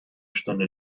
stunde